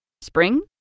Spring